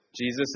Jesus